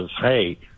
hey